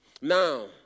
Now